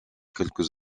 quelques